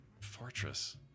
Fortress